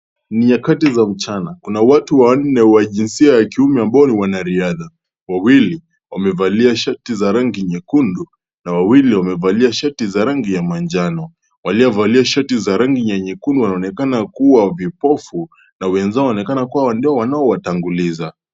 Ni nyakati za mchana. Kuna watu wanne wa jinsia ya kiume ambao ni wanariadha. Wawili wamevalia shati za rangi nyekundu na wawili wamevalia shati za rangi ya manjano. Waliovalia shati za rangi ya nyekundu wanaonekana kuwa vipofu na wenzao wanaonekana kuwa ndio wanaowatanguliza.